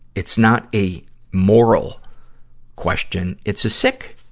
it's not a moral question. it's a sick,